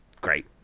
great